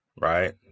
right